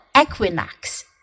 Equinox